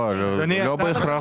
לא, לא בהכרח.